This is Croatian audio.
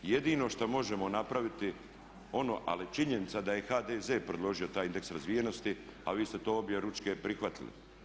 Jedino šta možemo napraviti, ali činjenica da je HDZ predložio taj indeks razvijenosti a vi ste objeručke prihvatili.